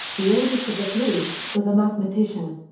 the oldest of the three, was a mathematician.